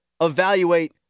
evaluate